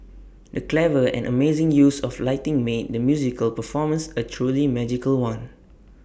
the clever and amazing use of lighting made the musical performance A truly magical one